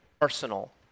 arsenal